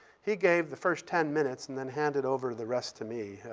he gave the first ten minutes and then handed over the rest to me,